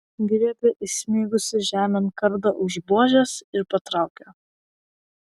griebia įsmigusį žemėn kardą už buožės ir patraukia